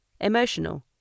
Emotional